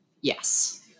Yes